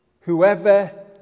Whoever